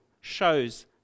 shows